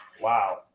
Wow